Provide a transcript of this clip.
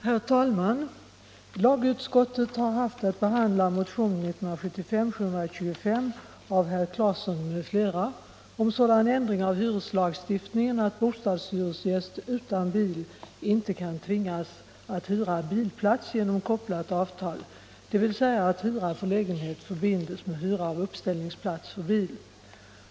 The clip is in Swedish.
Herr talman! Lagutskottet har haft att behandla motion 1975:725 av herr Claeson m.fl. om sådan ändring av hyreslagstiftningen att bostadshyresgäst utan bil inte kan tvingas att hyra bilplats genom kopplat avtal, dvs. att hyra för lägenhet förbindes med hyra av uppställningsplats för bil.